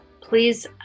Please